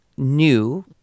New